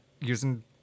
using